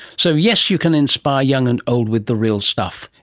so yes, you can inspire young and old with the real stuff,